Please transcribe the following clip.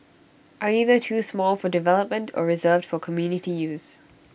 are either too small for development or reserved for community use